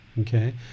Okay